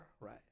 right